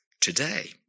today